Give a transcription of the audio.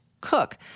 Cook